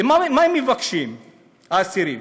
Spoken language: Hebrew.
מה הם מבקשים, האסירים?